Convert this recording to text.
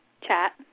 chat